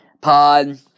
pod